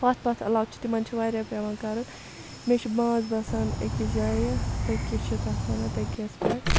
پَتھ پَتھ علاقہٕ چھِ تِمَن چھِ واریاہ پیٚوان کَرُن مےٚ چھِ ماس بَسان أکِس جایہِ تٔکیہِ چھِ تَتھ وَنان تٔکیَس پٮ۪ٹھ